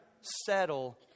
settle